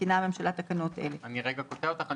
מתקינה הממשלה תקנות אלה:" אני רואה שהשימוש